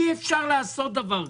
אי אפשר לעשות דבר כזה.